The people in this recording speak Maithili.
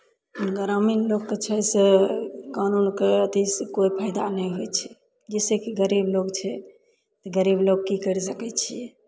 ग्रामीण लोकके छै से कानूनके अथिसँ कोइ फाइदा नहि होइ छै जैसेकि गरीब लोक छै गरीब लोक की करि सकै छियै